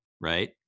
Right